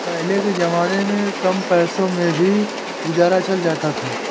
पहले के जमाने में कम पैसों में भी गुजारा चल जाता था